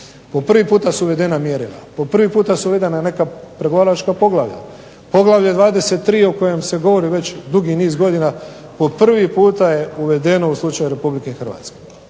Po prvi puta su uvedena mjerila, po prvi puta su uvedena neka pregovaračka poglavlja. Poglavlje 23 o kojem se govori već dugi niz godina, po prvi puta je uvedeno u slučaju RH. Ja sam